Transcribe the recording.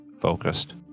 focused